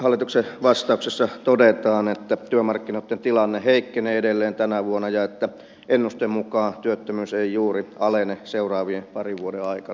hallituksen vastauksessa todetaan että työmarkkinoitten tilanne heikkenee edelleen tänä vuonna ja että ennusteen mukaan työttömyys ei juuri alene seuraavien parin vuoden aikana